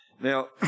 now